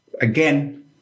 again